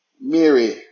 Mary